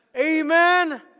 Amen